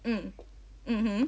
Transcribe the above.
mm mmhmm